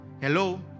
Hello